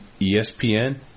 ESPN